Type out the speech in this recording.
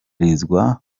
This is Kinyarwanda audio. ryitwa